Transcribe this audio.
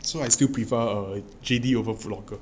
so I still prefer J_D over Foot Locker